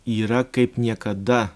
yra kaip niekada